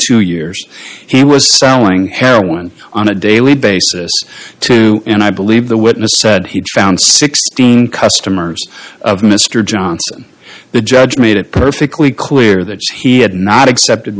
two years he was struggling heroin on a daily basis two and i believe the witness said he'd found sixteen customers of mr johnson the judge made it perfectly clear that he had not accepted